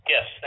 Yes